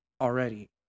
already